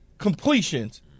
completions